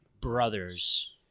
brothers